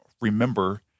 remember